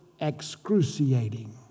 excruciating